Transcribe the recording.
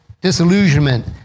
disillusionment